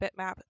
bitmap